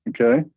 okay